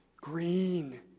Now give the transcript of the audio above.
Green